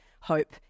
hope